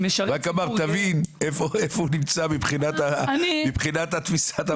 רק אמר: תבין איפה הוא נמצא מבחינת תפיסת העבודה שלו.